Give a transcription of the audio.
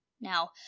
Now